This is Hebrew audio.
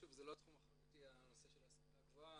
שוב, זה לא תחום אחריותי, הנושא של ההשכלה הגבוהה.